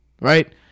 right